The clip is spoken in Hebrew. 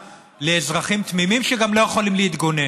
לאזרחים תמימים שגם לא יכולים להתגונן.